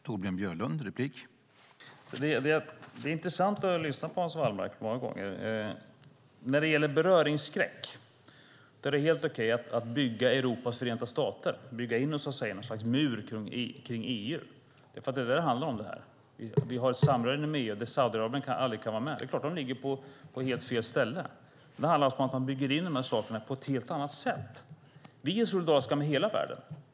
Herr talman! Det är många gånger intressant att lyssna till Hans Wallmark. När det gäller beröringsskräck är det helt okej att bygga Europas förenta stater och så att säga bygga en mur kring EU. Det är det som detta handlar om. Vi har ett samarbete inom EU där Saudiarabien aldrig kan vara. Saudiarabien ligger på helt annat ställe. Det handlar om att man bygger in dessa saker på ett helt annat sätt. Vi är solidariska med hela världen.